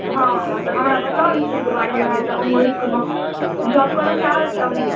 हँ हँ तऽ हमरा बताउ इसकूल कऽ बारेमे होयत तऽ हमहुँ ओहि इसकूलमे जॉब करऽ चाहब ताहिमे